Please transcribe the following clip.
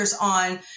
on